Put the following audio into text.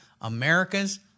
America's